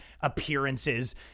appearances